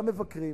גם מבקרים,